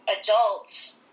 adults